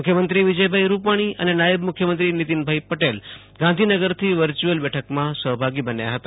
મુખ્યમંત્રી વિજયભાઈ રૂપાણી ને નાયબ મુખ્યમંત્રી નીતિનભાઈ પટેલ ગાંધીનગરથી વર્ચ્યુ લ બેઠકમાં સહભાગી બન્યા હતા